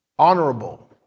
honorable